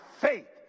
faith